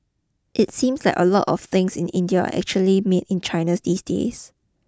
it seems like a lot of things in India are actually made in China these days